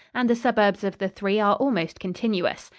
and the suburbs of the three are almost continuous.